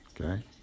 okay